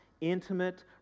intimate